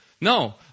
No